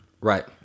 Right